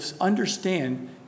understand